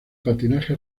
patinaje